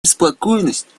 обеспокоенность